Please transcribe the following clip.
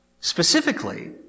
Specifically